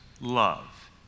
love